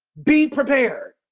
be prepared.